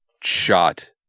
shot